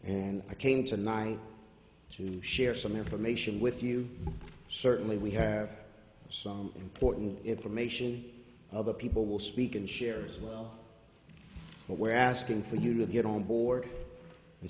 and i came tonight to share some information with you certainly we have some important information other people will speak and shares well but we're asking for you to get on board and